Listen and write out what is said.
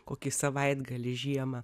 kokį savaitgalį žiemą